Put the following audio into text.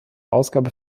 ausgabe